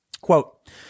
Quote